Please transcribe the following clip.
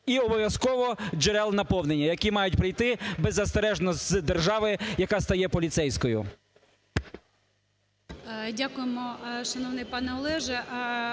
і обов'язково джерел наповнення, які мають прийти беззастережно з держави, яка стає поліцейською. ГОЛОВУЮЧИЙ. Дякуємо, шановний пане Олегу.